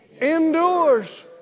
endures